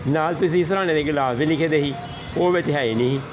ਨਾਲ ਤੁਸੀਂ ਸਿਰਹਾਣੇ ਦੇ ਗਿਲਾਫ ਵੀ ਲਿਖੇ ਦੇ ਸੀ ਉਹ ਵਿੱਚ ਹੈ ਹੀ ਨਹੀਂ